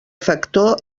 factor